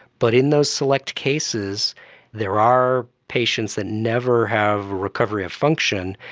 but in those select cases there are patients that never have recovery of function,